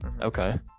Okay